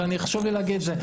ואני חשוב לי להגיד את זה.